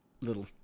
little